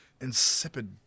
insipid